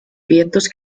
vientos